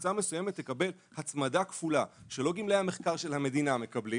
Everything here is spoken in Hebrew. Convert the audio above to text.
שקבוצה מסוימת תקבל הצמדה כפולה שלא גמלאי המחקר של המדינה מקבלים,